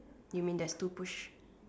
you mean there's two push